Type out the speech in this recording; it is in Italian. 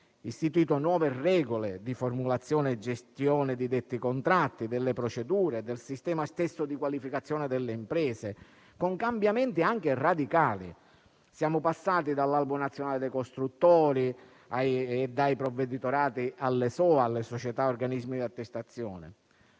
istituito nuove regole di formulazione e gestione di detti contratti, delle procedure e del sistema stesso di qualificazione delle imprese, con cambiamenti anche radicali. Siamo passati dall'Albo nazionale dei costruttori, ai provveditorati e alle società organismi di attestazione